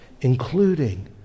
including